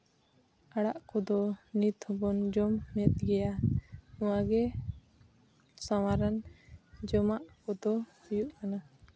ᱟᱲᱟᱜ ᱠᱚᱫᱚ ᱱᱤᱛ ᱦᱚᱸ ᱵᱚᱱ ᱡᱚᱢᱮᱫ ᱜᱮᱭᱟ ᱱᱚᱣᱟ ᱜᱮ ᱥᱟᱶᱟᱨᱟᱱ ᱡᱚᱢᱟᱜ ᱠᱚᱫᱚ ᱦᱩᱭᱩᱜ ᱠᱟᱱᱟ